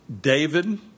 David